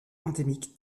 endémique